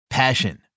Passion